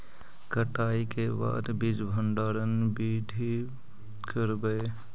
कटाई के बाद बीज भंडारन बीधी करबय?